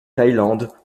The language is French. thaïlande